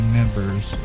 members